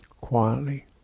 quietly